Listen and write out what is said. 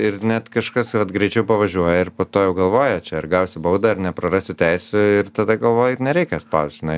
ir net kažkas vat greičiau pavažiuoja ir po to jau galvoja čia ar gausiu baudą ar neprarasiu teisių ir tada galvoji nereikia spaust žinai